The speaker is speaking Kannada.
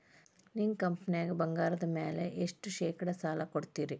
ನಿಮ್ಮ ಕಂಪನ್ಯಾಗ ಬಂಗಾರದ ಮ್ಯಾಲೆ ಎಷ್ಟ ಶೇಕಡಾ ಸಾಲ ಕೊಡ್ತಿರಿ?